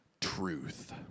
truth